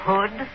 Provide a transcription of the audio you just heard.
Hood